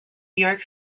york